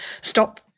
stop